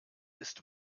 ist